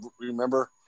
remember